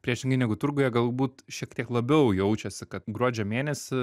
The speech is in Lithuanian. priešingai negu turguje galbūt šiek tiek labiau jaučiasi kad gruodžio mėnesį